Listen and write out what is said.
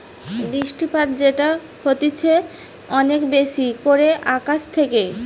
বৃষ্টিপাত যেটা হতিছে অনেক বেশি করে আকাশ থেকে